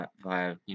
via